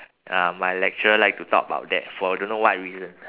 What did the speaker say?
ah my lecturer like to talk about that for don't know what reason